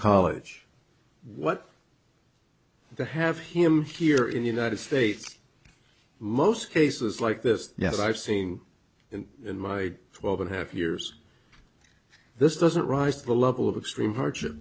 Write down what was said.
college what to have him here in the united states most cases like this yes i've seen him in my twelve and half years this doesn't rise to the level of extreme hardship